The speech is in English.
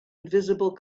invisible